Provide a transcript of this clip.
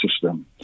system